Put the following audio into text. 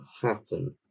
happen